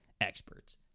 experts